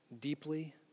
deeply